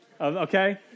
okay